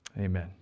Amen